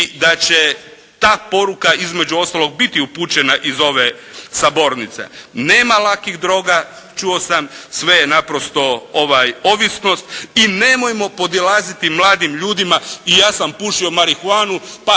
da će ta poruka između ostalog biti upućena iz ove sabornice. Nema lakih droga, čuo sam sve je naprosto ovisnost, i nemojmo podilaziti mladim ljudima, i ja sam pušio marihuanu, pa